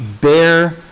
bear